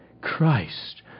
Christ